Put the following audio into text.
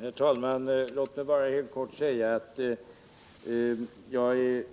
Herr talman! Låt mig bara helt kort säga att jag är